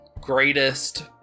greatest